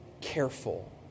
careful